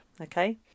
okay